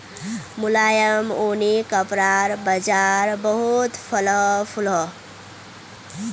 मुलायम ऊनि कपड़ार बाज़ार बहुत फलोहो फुलोहो